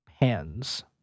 pens